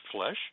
flesh